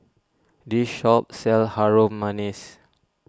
this shop sells Harum Manis